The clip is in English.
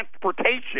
transportation